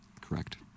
Correct